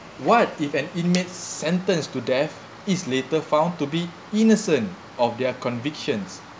what if an inmate sentenced to death is later found to be innocent of their convictions